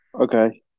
Okay